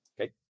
Okay